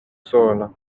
sola